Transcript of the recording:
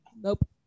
Nope